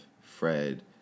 Fred